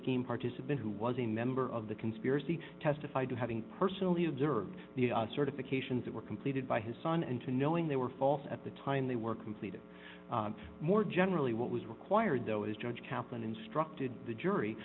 scheme participant who was a member of the conspiracy testified to having personally observed the certifications that were completed by his son and to knowing they were false at the time they were completed more generally what was required though as judge kaplan instructed the jury